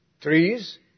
Trees